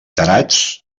tarats